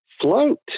Float